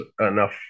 enough